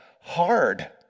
hard